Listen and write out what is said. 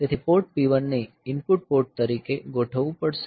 તેથી port P1 ને input port તરીકે ગોઠવવું પડશે